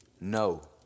No